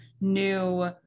new